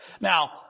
Now